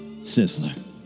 Sizzler